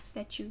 statue